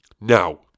Now